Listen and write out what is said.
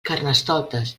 carnestoltes